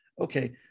Okay